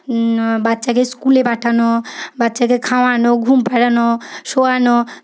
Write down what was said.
বাচ্ছাকে স্কুলে পাঠানো বাচ্ছাকে খাওয়ানো ঘুম পাড়ানো শোয়ানো